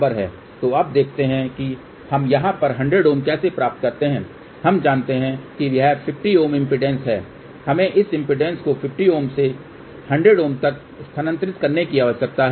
तो अब देखते हैं कि हम यहाँ पर 100 Ω कैसे प्राप्त करते हैं हम जानते हैं कि यह 50 Ω इम्पीडेन्स है हमें इस इम्पीडेन्स को 50 Ω से 100 Ω तक स्थानांतरित करने की आवश्यकता है